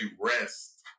rest